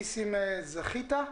ניסים זכותא,